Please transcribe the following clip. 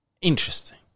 Interesting